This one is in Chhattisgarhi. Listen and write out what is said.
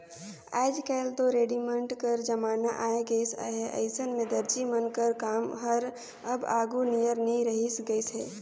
आएज काएल दो रेडीमेड कर जमाना आए गइस अहे अइसन में दरजी मन कर काम हर अब आघु नियर नी रहि गइस अहे